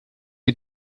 you